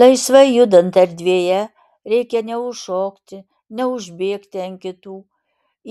laisvai judant erdvėje reikia neužšokti neužbėgti ant kitų